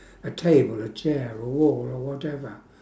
a table a chair a wall or whatever